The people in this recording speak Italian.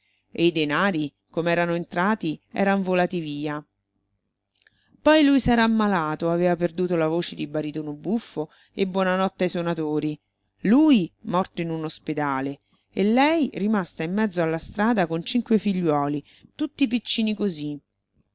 e i denari com'erano entrati eran volati via poi lui s'era ammalato aveva perduto la voce di baritono buffo e buonanotte ai sonatori lui morto in un ospedale e lei rimasta in mezzo alla strada con cinque figliuoli tutti piccini così